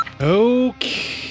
Okay